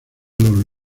los